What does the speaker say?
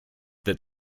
that